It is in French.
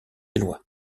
eloi